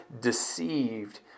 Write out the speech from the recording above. deceived